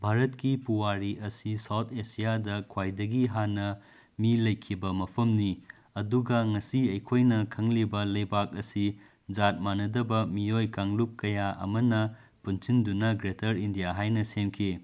ꯚꯥꯔꯠꯀꯤ ꯄꯨꯋꯥꯔꯤ ꯑꯁꯤ ꯁꯥꯎꯠ ꯑꯦꯁꯤꯌꯥꯗ ꯈ꯭ꯋꯥꯏꯗꯒꯤ ꯍꯥꯟꯅ ꯃꯤ ꯂꯩꯈꯤꯕ ꯃꯐꯝꯅꯤ ꯑꯗꯨꯒ ꯉꯁꯤ ꯑꯩꯈꯣꯏꯅ ꯈꯪꯂꯤꯕ ꯂꯩꯕꯥꯛ ꯑꯁꯤ ꯖꯥꯠ ꯃꯥꯟꯅꯗꯕ ꯃꯤꯑꯣꯏ ꯀꯥꯡꯂꯨꯞ ꯀꯌꯥ ꯑꯃꯅ ꯄꯨꯟꯁꯤꯟꯗꯨꯅ ꯒ꯭ꯔꯦꯇꯔ ꯏꯟꯗꯤꯌꯥ ꯍꯥꯏꯅ ꯁꯦꯝꯈꯤ